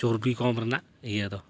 ᱪᱚᱨᱵᱤ ᱠᱚᱢ ᱨᱮᱱᱟᱜ ᱤᱭᱟᱹ ᱫᱚ